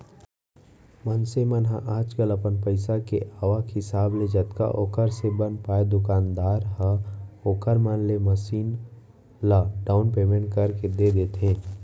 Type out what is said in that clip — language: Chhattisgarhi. मनसे मन ह आजकल अपन पइसा के आवक हिसाब ले जतका ओखर से बन परय दुकानदार ह ओखर मन ले मसीन ल डाउन पैमेंट करके दे देथे